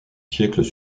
siècles